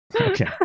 Okay